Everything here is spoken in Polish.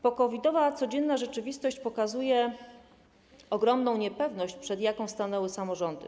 Po-covid-owa codzienna rzeczywistość pokazuje ogromną niepewność, przed jaką stanęły samorządy.